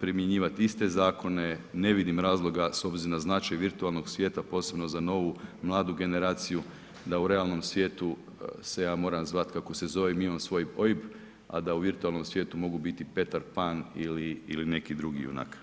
primjenjivati iste zakone, ne vidim razloga s obzirom na značaj virtualnog svijeta posebno za novu mladu generaciju da u realnom svijetu se ja moram zvati kako se zovem, imam svoj OIB, a da u virtualnom svijetu mogu biti Petar Pan ili neki drugi junak.